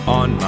on